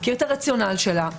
את הרציונל שלה.